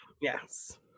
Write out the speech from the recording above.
Yes